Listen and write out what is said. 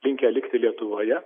linkę likti lietuvoje